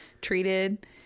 treated